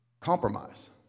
Compromise